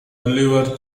oliver